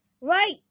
Right